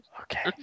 okay